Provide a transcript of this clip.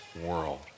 world